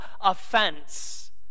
offense